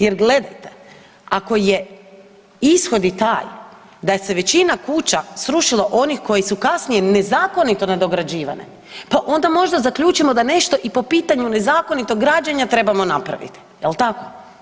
Jer gledajte, ako je, ishod je taj da se većina kuća srušilo onih koji su kasnije nezakonito nadograđivane, pa onda možda zaključimo da nešto i po pitanju nezakonitog građenja trebamo napraviti, jel tako?